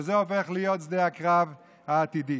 וזה הופך להיות שדה הקרב העתידי.